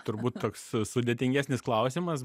turbūt toks sudėtingesnis klausimas